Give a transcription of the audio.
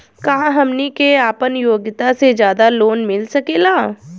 का हमनी के आपन योग्यता से ज्यादा लोन मिल सकेला?